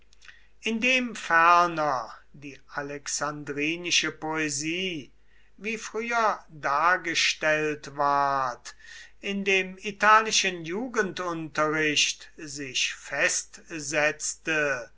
indem ferner die alexandrinische poesie wie früher dargestellt ward in dem italischen jugendunterricht sich festsetzte